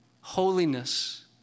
Holiness